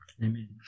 Amen